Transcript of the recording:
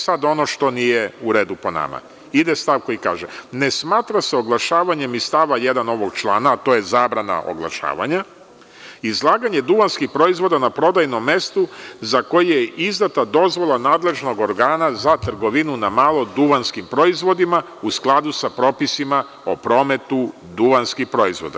Sada, ono što nije u redu po nama, ide stav koji kaže – ne smatra se oglašavanjem iz stava 1. ovog člana, a to je zabrana oglašavanja, izlaganje duvanskih proizvoda na prodajnom mestu za koje je izdata dozvola nadležnog organa za trgovinu na malo duvanskim proizvodima u skladu sa propisima o prometu duvanskih proizvoda.